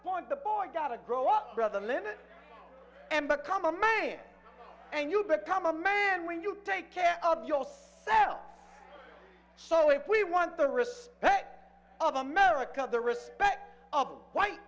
point the boy got to grow up rather limit and become a man and you become a man when you take care of your self so if we want the respect of america the respect of white